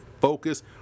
Focus